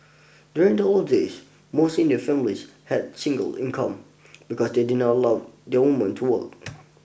during the old days most Indian families had single income because they did not allow their women to work